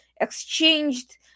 exchanged